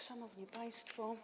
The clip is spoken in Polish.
Szanowni Państwo!